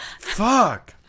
Fuck